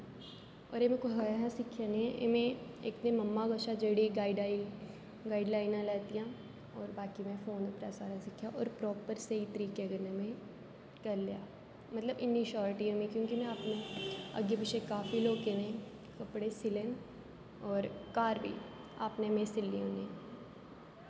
पर एह् में कुसे कोला सिक्खेआ नेई ऐ में इक ते ममा कशा जेहड़ी गाइड आई गाइडलाइना लैतियां और बाकी में फोन उपरा सारा सिक्खेआ और प्रापर स्हेई तरिके कन्नै में करी लेआ मतलब इन्नी श्योरिटी ही मी क्योंकि मिगी अग्गे पिच्छे काफी लोके दे कपड़े सिले ना और घार वी अपने में सिलनी होनी हा